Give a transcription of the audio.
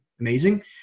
amazing